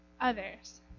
others